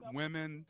women